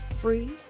free